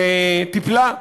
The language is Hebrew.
טיפלה,